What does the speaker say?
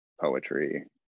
poetry